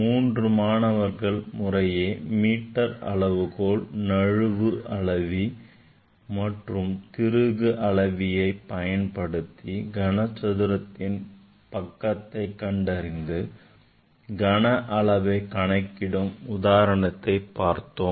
மூன்று மாணவர்கள் முறையே மீட்டர் அளவுகோல் நழுவி அளவி மற்றும் திருகு அளவியை பயன்படுத்தி கனசதுரத்தின் பக்கத்தை கண்டறிந்து கனஅளவை கணக்கிடும் உதாரணத்தை பார்த்தோம்